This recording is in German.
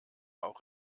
auch